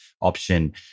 option